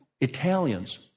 Italians